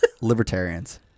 libertarians